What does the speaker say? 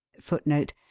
Footnote